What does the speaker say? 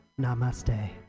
Namaste